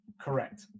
Correct